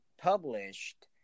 published